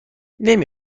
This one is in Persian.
نمی